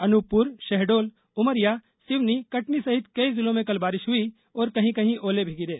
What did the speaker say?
अनूपपुर शहडोल उमरिया सिवनी कटनी सहित कई जिलों में कल बारिश हुई और कहीं कहीं ओले भी गिरे